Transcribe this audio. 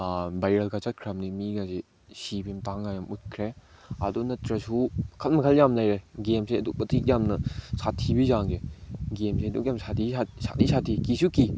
ꯕꯥꯏꯔꯦꯜꯒ ꯆꯠꯈ꯭ꯔꯝꯅꯤ ꯃꯤꯒꯁꯦ ꯁꯤꯕꯒꯤ ꯃꯇꯥꯡ ꯌꯥꯝ ꯎꯠꯈ꯭ꯔꯦ ꯑꯗꯨ ꯅꯠꯇ꯭ꯔꯁꯨ ꯃꯈꯜ ꯃꯈꯜ ꯌꯥꯝ ꯂꯩꯔꯦ ꯒꯦꯝꯁꯦ ꯑꯗꯨꯛ ꯃꯇꯤꯛ ꯌꯥꯝꯅ ꯁꯥꯊꯤꯕꯒꯤ ꯆꯥꯡꯁꯦ ꯒꯦꯝꯁꯦ ꯑꯗꯨꯛ ꯌꯥꯝ ꯁꯥꯊꯤ ꯁꯥꯊꯤ ꯁꯥꯊꯤ ꯀꯤꯁꯨ ꯀꯤ